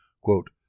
quote